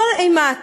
כל אימת